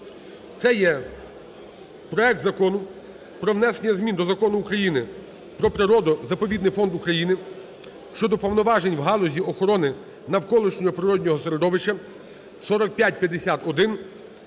Це є проект Закону про внесення змін до Закону України "Про природно-заповідний фонд України" (щодо повноважень в галузі охорони навколишнього природного середовища) (4551).